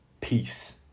Peace